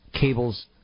cable's